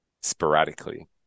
sporadically